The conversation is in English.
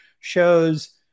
shows